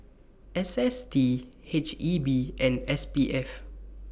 S S T H E B and S P F